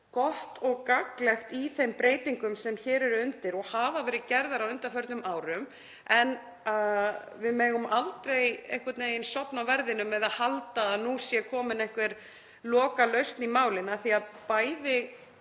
gott og gagnlegt í þeim breytingum sem hér eru undir og hafa verið gerðar á undanförnum árum. En við megum aldrei sofna á verðinum eða halda að nú sé komin einhver lokalausn í málinu af því að bæði